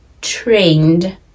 trained